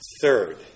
Third